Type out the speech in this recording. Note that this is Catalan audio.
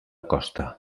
costa